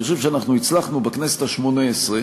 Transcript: אני חושב שאנחנו הצלחנו בכנסת השמונה-עשרה